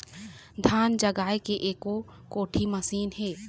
धान जगाए के एको कोठी मशीन हे?